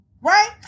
right